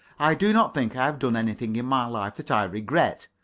i do not think i have done anything in my life that i regret.